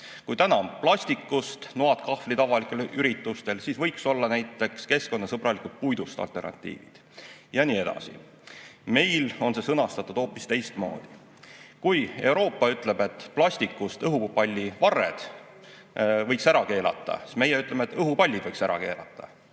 Kui täna on plastikust noad-kahvlid avalikel üritustel kasutusel, siis [edaspidi] võiks olla näiteks keskkonnasõbralikud puidust alternatiivid ja nii edasi. Meil on see sõnastatud hoopis teistmoodi. Kui Euroopa ütleb, et plastikust õhupallivarred võiks ära keelata, siis meie ütleme, et õhupallid võiks ära keelata.